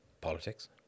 Politics